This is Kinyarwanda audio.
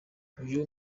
uyu